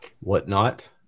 whatnot